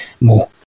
more